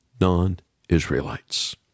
non-Israelites